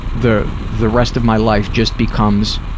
the the rest of my life just becomes,